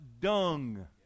dung